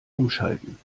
umschalten